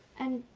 and,